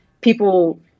people